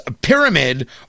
pyramid